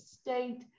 state